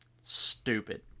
Stupid